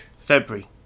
February